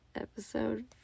Episode